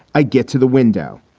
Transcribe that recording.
i get to the window.